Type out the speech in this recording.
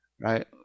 right